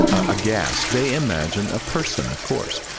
a gas. they imagine a person, of course.